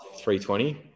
320